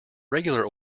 regular